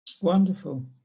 Wonderful